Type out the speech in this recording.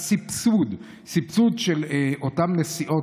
סבסוד של אותן נסיעות.